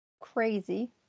Crazy